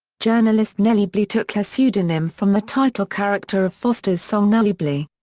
journalist nellie bly took her pseudonym from the title character of foster's song nelly bly.